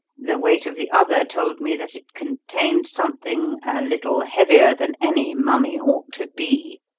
the weight of the other told me that it contained something a little heavier than any mummy ought to be.